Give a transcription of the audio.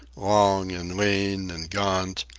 long and lean and gaunt,